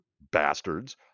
bastards